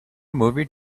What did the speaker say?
movie